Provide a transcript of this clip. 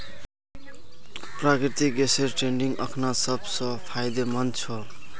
प्राकृतिक गैसेर ट्रेडिंग अखना सब स फायदेमंद छ